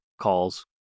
Calls